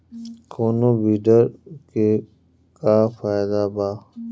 कौनो वीडर के का फायदा बा?